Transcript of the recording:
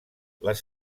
les